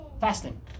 fasting